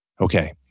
Okay